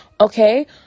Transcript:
okay